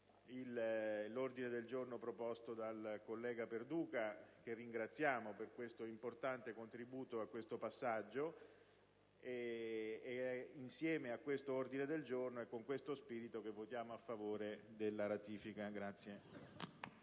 l'ordine del giorno proposto dal collega Perduca, che ringraziamo per il suo importante contributo su questo passaggio. Insieme a tale ordine del giorno, è con questo spirito che votiamo a favore della ratifica.